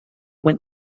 went